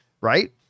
right